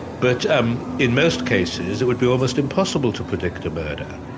but um in most cases, it would be almost impossible to predict a murder.